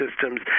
systems